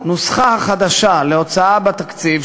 הנוסחה החדשה להוצאה בתקציב,